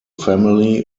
family